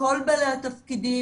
כל בעלי התפקידים,